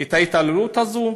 את ההתעללות הזו,